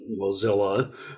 Mozilla